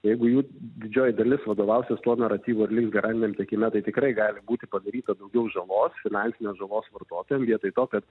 jeigu jų didžioji dalis vadovausis tuo naratyvu ir liks garantiniam tiekime tai tikrai gali būti padaryta daugiau žalos finansinės žalos vartotojam štai to kad